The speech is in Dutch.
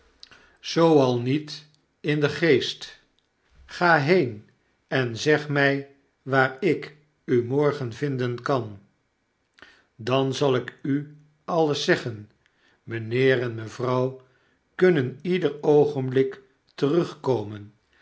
zoo al niet in den geest ga heen en zeg mij waar ik u morgen vinden kan dan zal ik u alles zeggen mijnheer en mevrouw kunnen ieder oogenblik terugkomen